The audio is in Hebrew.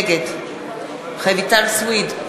נגד רויטל סויד,